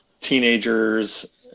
teenagers